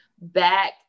back